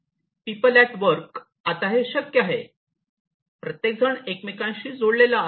people at work आता हे शक्य आहे प्रत्येकजण एकमेकांशी जोडलेला आहे